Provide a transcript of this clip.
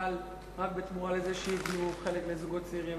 מינהל רק בתמורה לזה שיבנו חלק לזוגות צעירים?